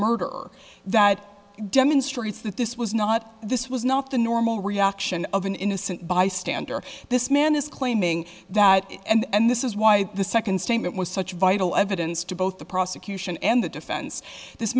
murder that demonstrates that this was not this was not the normal reaction of an innocent bystander this man is claiming that and this is why the second statement was such vital evidence to both the prosecution and the defense this